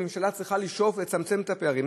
הממשלה צריכה לשאוף לצמצם את הפערים.